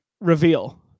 reveal